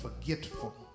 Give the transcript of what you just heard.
forgetful